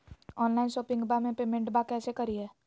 Online शोपिंगबा में पेमेंटबा कैसे करिए?